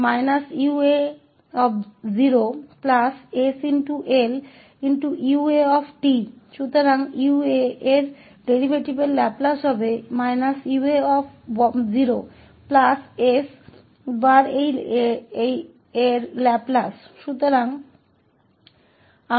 तो u𝑎 के इस डेरीवेटिव का लाप्लास ua s इस का लाप्लास गुना होगा